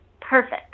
perfect